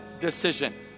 decision